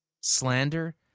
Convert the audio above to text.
slander